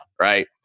Right